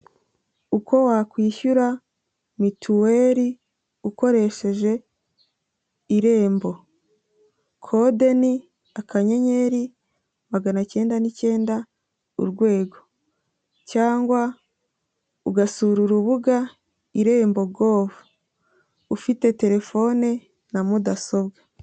Uko wakwishyura mituweri ukoresheje Irembo, kode ni akanyeri magana cyenda n'icyenda urwego cyangwa ugasura urubuga Irembo govu, ufite telefone na mudasobwa.